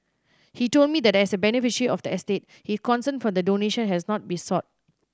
he told me that as a beneficiary of the estate his consent for the donation has not been sought